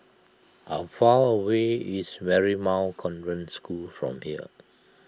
how far away is Marymount Convent School from here